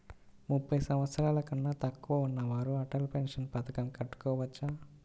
ముప్పై సంవత్సరాలకన్నా తక్కువ ఉన్నవారు అటల్ పెన్షన్ పథకం కట్టుకోవచ్చా?